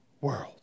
world